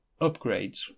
upgrades